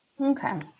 Okay